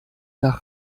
nach